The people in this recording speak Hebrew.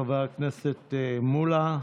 חבר הכנסת מולה.